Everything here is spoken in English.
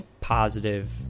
positive